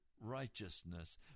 righteousness